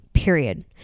period